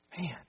Man